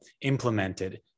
implemented